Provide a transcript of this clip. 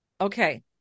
Okay